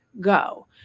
go